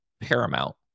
paramount